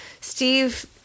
Steve